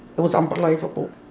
it was unbelievable.